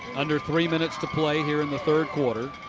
under three minutes to play here in the third quarter.